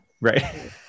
Right